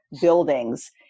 buildings